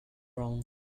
wrong